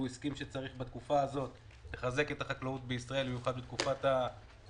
והוא הסכים לכך שצריך לחזק את החקלאות במיוחד בתקופת הקורונה.